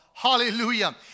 Hallelujah